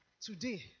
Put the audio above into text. today